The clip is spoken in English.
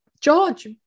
George